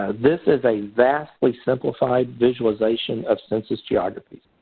ah this is a vastly simplified visualization of census geography.